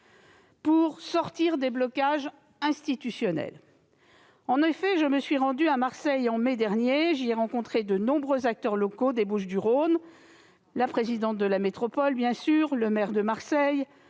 faire sortir des blocages institutionnels. En effet, je me suis rendue à Marseille en mai dernier ; j'y ai rencontré de nombreux acteurs locaux des Bouches-du-Rhône, la présidente de la métropole, bien sûr, le maire de Marseille,